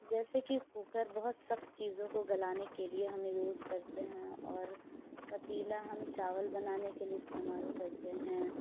جیسے کہ کوکر بہت سخت چیزوں کو گلانے کے لیے ہم یوز کرتے ہیں اور پتیلا ہم چاول بنانے کے لیے استعمال کرتے ہیں